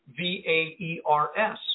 VAERS